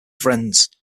friends